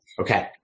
Okay